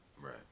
Right